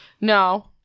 No